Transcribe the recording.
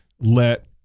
let